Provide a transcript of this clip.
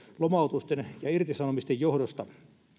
lomautusten ja irtisanomisten johdosta